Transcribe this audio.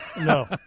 No